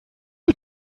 die